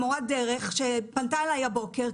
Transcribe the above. מורת הדרך שפנתה אלי הבוקר,